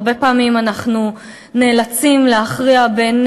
הרבה פעמים אנחנו נאלצים להכריע בין